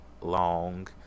long